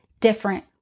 different